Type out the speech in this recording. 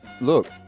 look